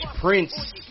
Prince